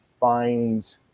find